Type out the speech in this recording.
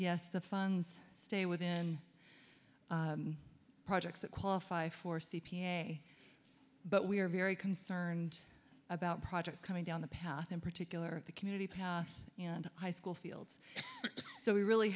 yes the funds stay within projects that qualify for c p a but we are very concerned about projects coming down the path in particular the community path and high school fields so we really